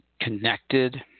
connected